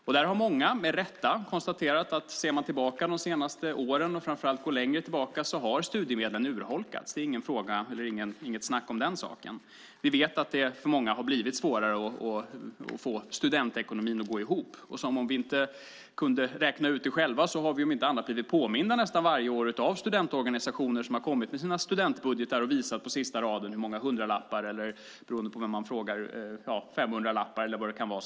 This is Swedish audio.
Där har många med rätta konstaterat att om man ser tillbaka på de senaste åren, och framför allt om man går längre tillbaka, har studiemedlen urholkats. Det är inget snack om den saken. Vi vet att det för många har blivit svårare att få studentekonomin att gå ihop. Om vi inte kunde räkna ut det själva har vi också blivit påminda nästan varje år av studentorganisationerna som har kommit med sina studentbudgetar och visat på sista raden hur många hundralappar eller femhundralappar, beroende på vem man frågar, som har saknats. Här har vi lyssnat.